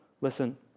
Listen